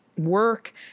work